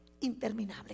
interminable